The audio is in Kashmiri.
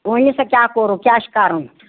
ؤنِو سا کیاہ کوٚرُو کیاہ چھُ کَرُن